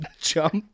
jump